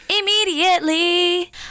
Immediately